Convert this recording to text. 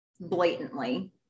blatantly